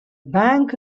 bank